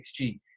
XG